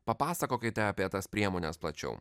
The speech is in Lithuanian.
papasakokite apie tas priemones plačiau